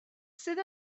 sydd